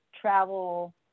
travel